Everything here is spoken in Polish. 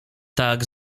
tak